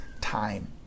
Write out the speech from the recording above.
time